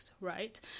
right